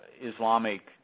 Islamic